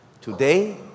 Today